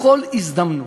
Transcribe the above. בכל הזדמנות.